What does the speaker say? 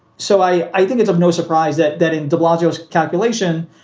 so i i think it's of no surprise that that in de blasio calculation,